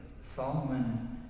Solomon